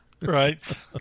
Right